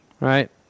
right